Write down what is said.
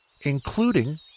including